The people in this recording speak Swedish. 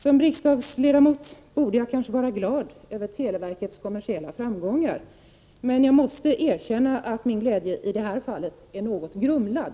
Som riksdagsledamot borde jag kanske vara glad över televerkets kommersiella framgångar, men jag måste erkänna att min glädje i det här fallet är något grumlad.